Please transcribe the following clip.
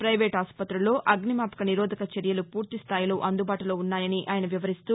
private ఆస్పతుల్లో అగ్నిమాపక నిరోధక చర్యలు పూర్తి స్థాయిలో అందుబాటులో ఉన్నాయని ఆయన వివరిస్తూ